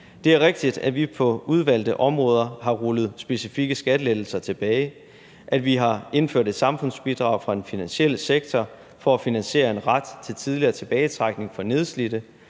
Det er rigtigt, at vi på udvalgte områder har rullet specifikke skattelettelser tilbage, at vi har indført et samfundsbidrag fra den finansielle sektor for at finansiere en ret til tidligere tilbagetrækning for nedslidte,